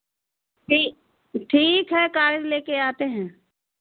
ठीक ठीक है कार्ड ले कर आते हैं